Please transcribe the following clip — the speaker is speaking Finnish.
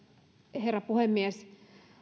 herra puhemies